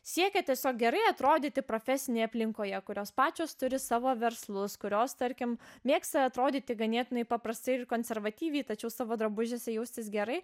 siekia tiesiog gerai atrodyti profesinėj aplinkoje kurios pačios turi savo verslus kurios tarkim mėgsta atrodyti ganėtinai paprastai ir konservatyviai tačiau savo drabužiuose jaustis gerai